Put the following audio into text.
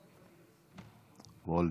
וולדיגר,